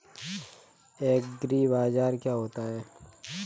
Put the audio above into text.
एग्रीबाजार क्या होता है?